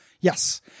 Yes